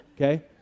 okay